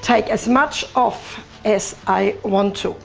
take as much off as i want too.